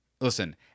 listen